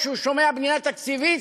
כשהוא שומע "בנייה תקציבית",